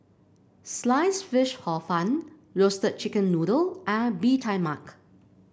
slice fish Hor Fun Roasted Chicken Noodle and Bee Tai Mak